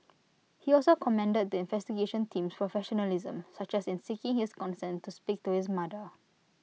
he also commended the investigation team's professionalism such as in seeking his consent to speak to his mother